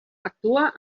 actua